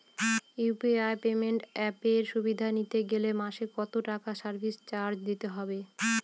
UPI payment অ্যাপের সুবিধা নিতে গেলে মাসে কত টাকা সার্ভিস চার্জ দিতে হবে?